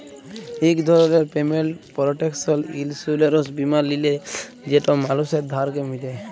ইক ধরলের payment protection insurance বীমা লিলে যেট মালুসের ধারকে মিটায়